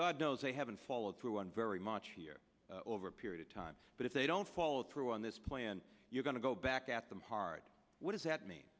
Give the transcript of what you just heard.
god knows they haven't followed through on very much fear over a period of time but if they don't follow through on this plan you're going to go back at them hard what does that mean